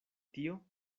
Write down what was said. tio